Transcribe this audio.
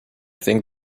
think